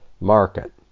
market